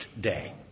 day